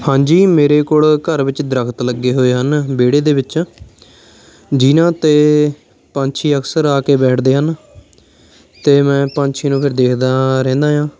ਹਾਂਜੀ ਮੇਰੇ ਕੋਲ ਘਰ ਵਿੱਚ ਦਰੱਖਤ ਲੱਗੇ ਹੋਏ ਹਨ ਵਿਹੜੇ ਦੇ ਵਿੱਚ ਜਿਨ੍ਹਾਂ 'ਤੇ ਪੰਛੀ ਅਕਸਰ ਆ ਕੇ ਬੈਠਦੇ ਹਨ ਅਤੇ ਮੈਂ ਪੰਛੀਆਂ ਨੂੰ ਫਿਰ ਦੇਖਦਾ ਰਹਿੰਦਾ ਹਾਂ